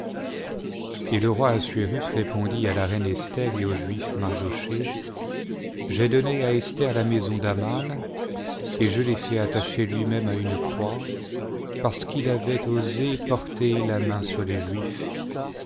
et le roi assuérus répondit à la reine esther et au juif mardochée j'ai donné à esther la maison d'aman et je l'ai fait attacher lui-même à une croix parce qu'il avait osé porter la main sur les juifs